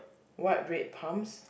what red pumps